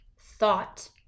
thought